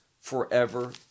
forever